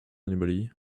anybody